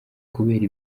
kubera